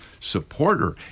supporter